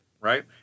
Right